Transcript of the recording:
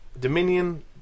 Dominion